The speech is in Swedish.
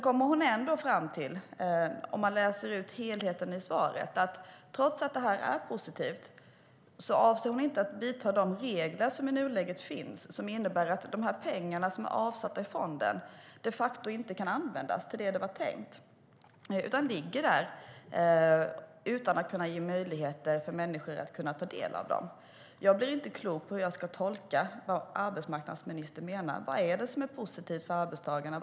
Om man läser ut helheten i svaret kommer hon ändå fram till att trots att det är positivt avser hon inte att ändra de regler som i nuläget finns vilket innebär att de pengar som nu är avsatta i fonden de facto inte kan användas som det var tänkt. De ligger där utan att det finns några möjligheter för människor att ta del av dem. Jag blir inte klok på hur jag ska tolka vad arbetsmarknadsministern menar. Vad är det som är positivt för arbetstagarna?